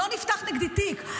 לא נפתח נגדי תיק.